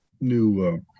new